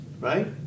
right